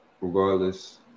Regardless